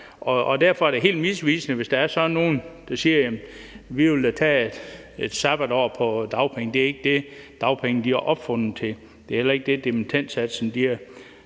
Derfor er det helt misvisende, hvis der er nogen, der siger, at de vil tage et sabbatår på dagpenge. Det er ikke dét, dagpengene er opfundet til. Det er heller ikke dét, dimittendsatsen er